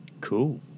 cool